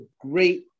great